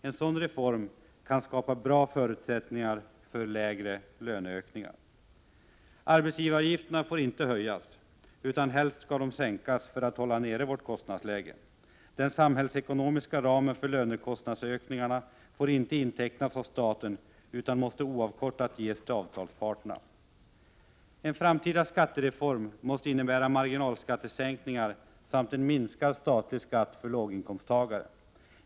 En sådan reform kan skapa ord förutsättningar för lägre löneökningar. Arbetsgivaravgifterna får inte höjas, utan skall helst sänkas för att håll nere vårt kostnadsläge. Den samhällsekonomiska ramen för lönekostnads: ökningarna får inte intecknas av staten, utan måste oavkortat ges al avtalsparterna. En framtida skattereform måste innebära marginalskattesänkningar sämd minskad statlig skatt för låginkomsttagare.